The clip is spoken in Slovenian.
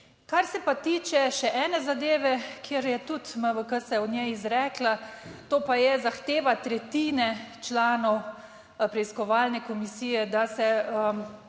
Kar se pa tiče še ene zadeve, kjer je tudi MVK se o njej izrekla, to pa je zahteva tretjine članov preiskovalne komisije, da se,